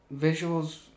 Visuals